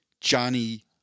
Johnny